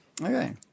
Okay